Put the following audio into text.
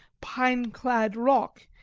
pine-clad rock,